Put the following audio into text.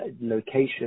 location